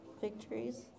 victories